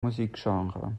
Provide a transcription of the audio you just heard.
musikgenre